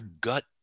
gut